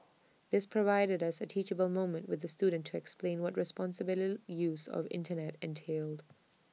this provided us A teachable moment with the student to explain what responsible lily use of Internet entailed